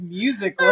music